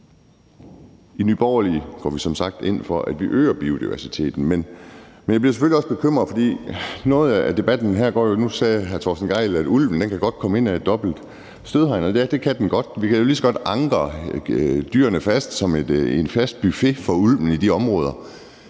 I Nye Borgerlige går vi som sagt ind for, at vi øger biodiversiteten. Men vi bliver selvfølgelig også bekymrede i forhold til noget af debatten her. Nu sagde hr. Torsten Gejl, at en ulv godt kan komme igennem et dobbelt stødhegn. Og ja, det kan den godt. Vi kan jo lige så godt ankre dyrene fast som en fast buffet for ulven i de områder,